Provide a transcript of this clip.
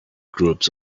groups